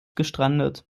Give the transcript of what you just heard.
gestrandet